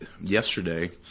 yesterday